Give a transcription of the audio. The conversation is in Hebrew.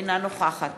אינה נוכחת